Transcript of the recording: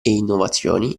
innovazioni